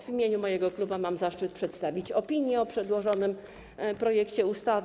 W imieniu mojego klubu mam zaszczyt przedstawić opinię o przedłożonym projekcie ustawy.